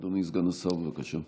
אדוני סגן השר, בבקשה.